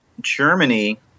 Germany